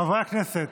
חברי הכנסת,